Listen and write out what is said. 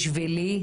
בשבילי,